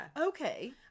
okay